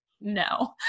no